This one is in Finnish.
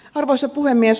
arvoisa puhemies